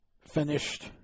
finished